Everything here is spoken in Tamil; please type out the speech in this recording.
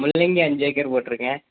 முள்ளங்கி அஞ்சு ஏக்கர் போட்டுருக்கேன்